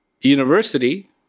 university